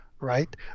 right